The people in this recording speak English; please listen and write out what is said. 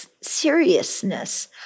seriousness